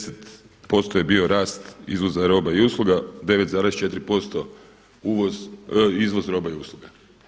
10% je bilo rast izvoz roba i usluga, 9,4% izvoz roba i usluga.